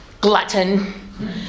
Glutton